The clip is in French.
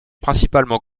principalement